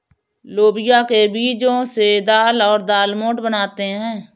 लोबिया के बीजो से दाल और दालमोट बनाते है